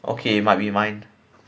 okay might be mine